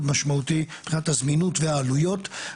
מאוד משמעותי מבינת הזמינות והעלויות.